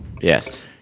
Yes